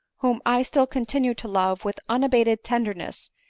whom i still continue to love with unabated tenderness,